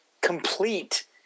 complete